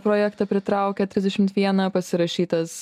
projektą pritraukė trisdešimt vieną pasirašytas